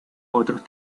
otros